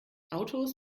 autos